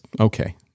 okay